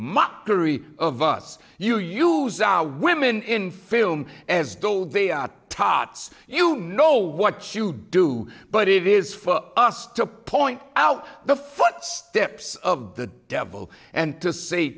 mockery of us you use our women in film as dull they are tots you know what you do but it is for us to point out the footsteps of the devil and to say